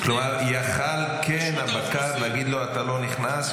כלומר כן יכול היה הבקר להגיד לו: אתה לא נכנס,